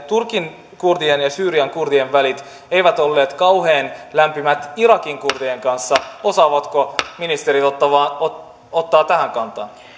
turkin kurdien ja syyrian kurdien välit eivät olleet kauhean lämpimät irakin kur dien kanssa osaavatko ministerit ottaa ottaa tähän kantaa